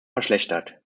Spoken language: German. verschlechtert